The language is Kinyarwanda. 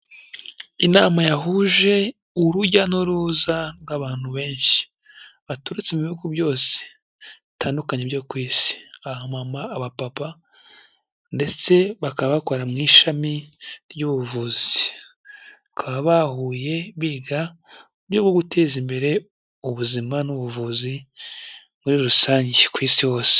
Inama yahuje urujya n'uruza rw'abantu benshi baturutse mu Bihugu byose bitandukanye byo ku isi. Abamama, abapapa ndetse bakaba bakora mu ishami ry'ubuvuzi. Bakaba bahuye biga uburyo guteza imbere ubuzima n'ubuvuzi muri rusange ku isi hose.